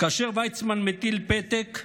"כאשר ויצמן מטיל פתק,